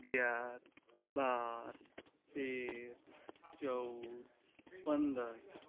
અગિયાર બાર તેર ચૌદ પંદર